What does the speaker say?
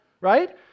right